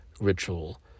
ritual